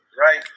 right